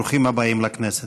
ברוכים הבאים לכנסת.